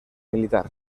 militar